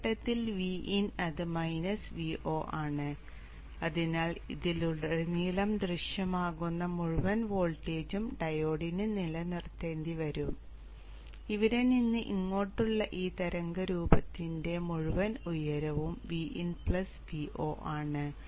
ഈ ഘട്ടത്തിൽ Vin ഇത് Vo ആണ് അതിനാൽ ഇതിലുടനീളം ദൃശ്യമാകുന്ന മുഴുവൻ വോൾട്ടേജും ഡയോഡിന് നില നിർത്തേണ്ടിവരും അതിനാൽ ഇവിടെ നിന്ന് ഇങ്ങോട്ടുള്ള ഈ തരംഗരൂപത്തിന്റെ മുഴുവൻ ഉയരവും Vin Vo ആണ്